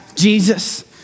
Jesus